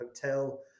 hotel